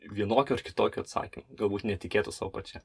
vienokiu ar kitokiu atsakymu galbūt netikėtų sau pačia